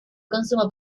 consumo